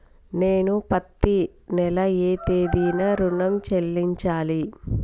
నేను పత్తి నెల ఏ తేదీనా ఋణం చెల్లించాలి?